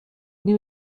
new